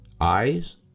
eyes